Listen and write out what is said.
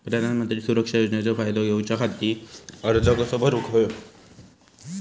प्रधानमंत्री सुरक्षा योजनेचो फायदो घेऊच्या खाती अर्ज कसो भरुक होयो?